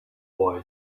boy